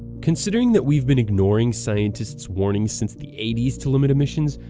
considering that we've been ignoring scientists' warnings since the eighty s to limit emissions,